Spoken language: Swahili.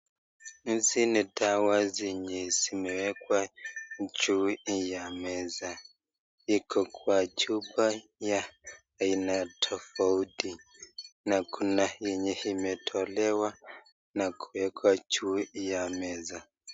Hizi zenye zimewekwa juu ya meza , iko kwa chupa ya aina tafauti, na kuna yenye imetolewa na kuwekwa juu ya meza.